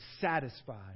satisfied